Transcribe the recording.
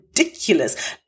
ridiculous